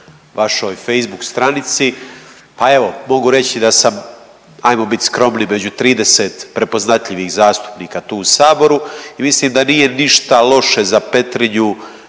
vašoj Facebook stranici. Pa evo mogu reći da sam, ajmo biti skromni među 30 prepoznatljivih zastupnika tu u saboru i mislim da nije ništa loše za Petrinju